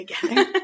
together